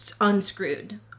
unscrewed